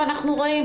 ואנחנו רואים.